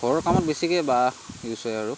ঘৰৰ কামত বেছিকৈ বাঁহ ইউজ হয় আৰু